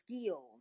skills